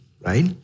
Right